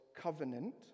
covenant